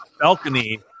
balcony